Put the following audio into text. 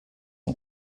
and